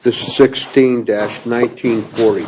sixteen dash nineteen for